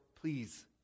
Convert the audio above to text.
Please